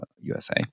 USA